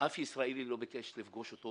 אף ישראלי לא ביקש לפגוש אותו